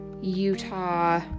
Utah